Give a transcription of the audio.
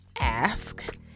ask